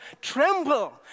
tremble